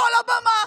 כל הבמה,